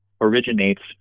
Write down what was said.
originates